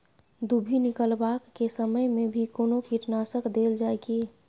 दुभी निकलबाक के समय मे भी कोनो कीटनाशक देल जाय की?